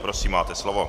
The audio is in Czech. Prosím, máte slovo.